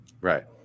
Right